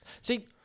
See